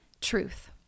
truth